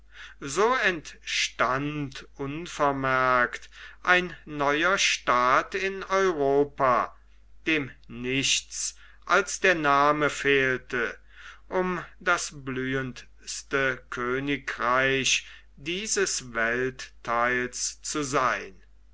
so entstand unvermerkt ein neuer staat in europa dem nichts als der name fehlte um das blühendste königreich dieses welttheils zu sein